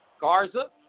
Garza